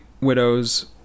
widows